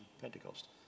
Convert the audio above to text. pentecost